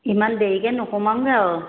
ইমান দেৰিকে নোসোমামগৈ আৰু